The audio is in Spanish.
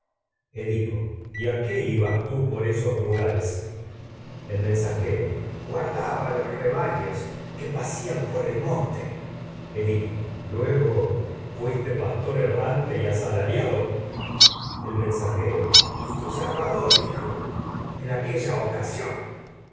edipo el ya qué ibas tú por esos lugares que mensajero guardaba los rebaños pacían por el monte edipo el luego fuiste tu pastor errante y asalariado mensajero y salvador hijo en aquella ocasión